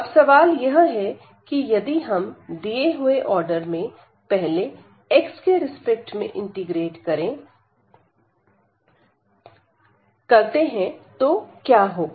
अब सवाल यह है कि यदि हम दिए हुए आर्डर में पहले x के रिस्पेक्ट में इंटीग्रेट करते हैं तो क्या होगा